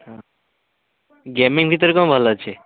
ହଁ ଗେମିଙ୍ଗ ଭିତରେ କ'ଣ ଭଲ ଅଛି